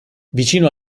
vicino